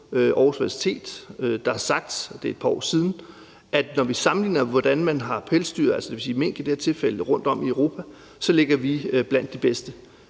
par år siden, at når vi sammenligner, hvordan man har pelsdyr, dvs. mink i det her tilfælde, rundtom i Europa, så ligger vi blandt de bedste.